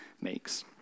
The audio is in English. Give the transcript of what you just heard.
makes